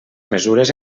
mesures